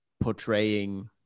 portraying